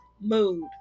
mood